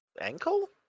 ankle